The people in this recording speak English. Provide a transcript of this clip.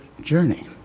journey